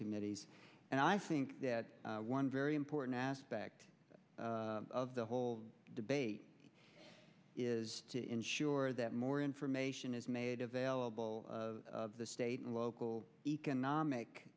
committees and i think one very important aspect of the whole debate is to ensure that more information is made available of the state and local economic